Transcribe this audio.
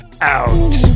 out